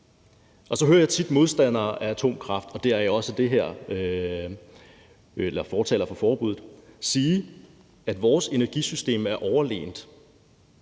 Så hører jeg tit modstandere af atomkraft eller fortalere for forbuddet sige, at vores energisystem er overlegent,